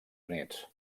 units